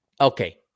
Okay